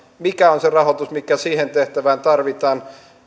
mikä on se rahoitus mikä siihen tehtävään tarvitaan